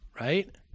right